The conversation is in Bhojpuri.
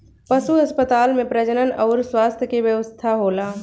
पशु अस्पताल में प्रजनन अउर स्वास्थ्य के व्यवस्था होला